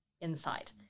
inside